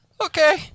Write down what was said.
okay